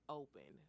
open